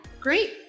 Great